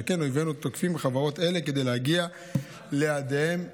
שכן אויבינו תוקפים חברות כאלה כדי להגיע ליעדיהם העיקריים,